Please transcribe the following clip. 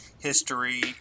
history